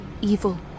evil